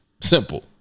Simple